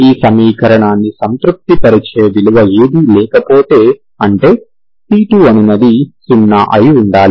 ఈ సమీకరణాన్ని సంతృప్తిపరిచే విలువ ఏదీ లేకపోతే అంటే c2 అనునది 0 అయి ఉండాలి